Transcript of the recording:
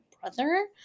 brother